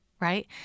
right